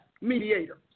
mediator